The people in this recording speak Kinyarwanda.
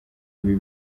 ibi